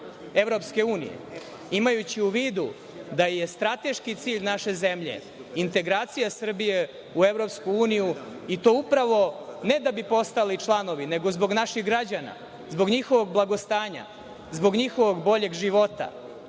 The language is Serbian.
zemljama EU, imajući u vidu da je strateški cilj naše zemlje integracija Srbije u EU i to upravo ne da bi postali članovi, nego zbog naših građana, zbog njihovog blagostanja, zbog njihovog boljeg života